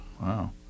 Wow